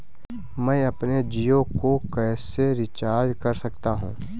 मैं अपने जियो को कैसे रिचार्ज कर सकता हूँ?